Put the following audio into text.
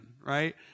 right